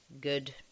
good